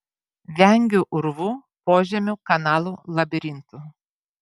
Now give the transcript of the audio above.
vengiu urvų požemių kanalų labirintų